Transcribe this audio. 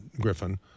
Griffin